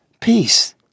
peace